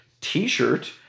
t-shirt